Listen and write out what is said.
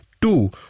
Two